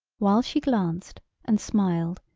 while she glanced and smiled,